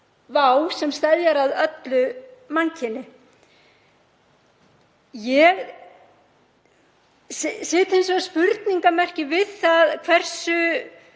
vá sem steðjar að öllu mannkyni. Ég set hins vegar spurningarmerki við það hversu